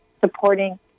supporting